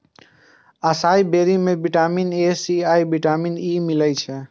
असाई बेरी सं vitamin A, C आ विटामिन ई मिलै छै